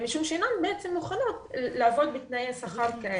משום שאינן בעצם מוכנות לעבוד בתנאי שכר כאלה.